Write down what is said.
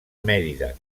mèrida